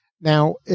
Now